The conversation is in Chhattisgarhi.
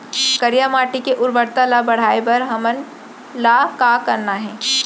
करिया माटी के उर्वरता ला बढ़ाए बर हमन ला का करना हे?